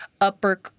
upper